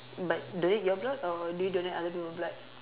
but donate your blood or do you donate other people blood